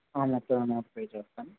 మొత్తం amount pay చేస్తాను